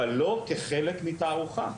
אבל לא כחלק מתערוכה.